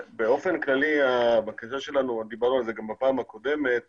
באופן כללי הבקשה שלנו דיברנו על זה גם בפעם הקודמת